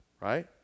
right